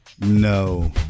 No